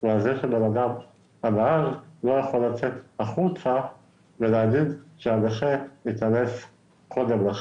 זה לא הנוסח שהשרה הניחה בפני הוועדה.